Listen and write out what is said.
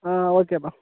ஓகேப்பா